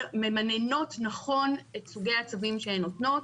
ממננות נכון את סוגי הצווים שהן נותנות.